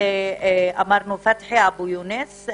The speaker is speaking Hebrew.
פתחי אבו יונס,